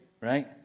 right